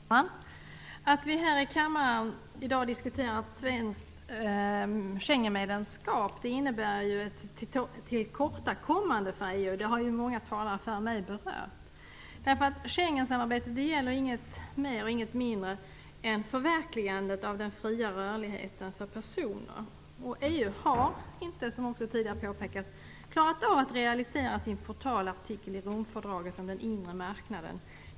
Herr talman! Att vi här i kammaren i dag har diskuterat svenskt Schengenmedlemskap innebär ett tillkortakommande för EU, som många talare före mig berört. Schengensamarbetet gäller ju inget mer och inget mindre än förverkligandet av den fria rörligheten för personer. EU har inte, som tidigare påpekats, klarat av att realisera sin portalartikel i Romfördraget om den inre marknaden.